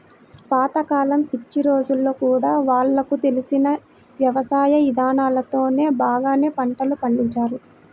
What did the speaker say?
పాత కాలం పిచ్చి రోజుల్లో గూడా వాళ్లకు తెలిసిన యవసాయ ఇదానాలతోనే బాగానే పంటలు పండించారు